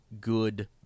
good